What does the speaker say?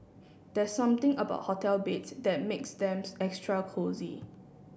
there's something about hotel beds that makes them extra cosy